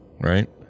right